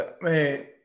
Man